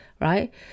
right